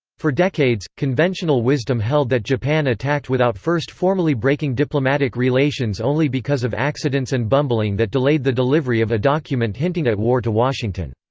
for decades, conventional wisdom held that japan attacked without first formally breaking diplomatic relations only because of accidents and bumbling that delayed the delivery of a document hinting at war to washington.